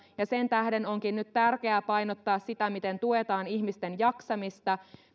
ja sen tähden onkin nyt tärkeää painottaa sitä miten tuetaan ihmisten jaksamista